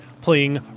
playing